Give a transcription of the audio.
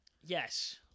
Yes